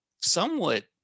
somewhat